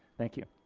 thank you.